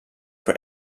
for